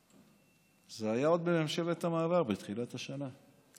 זה היה עוד בממשלת המעבר, בתחילת השנה.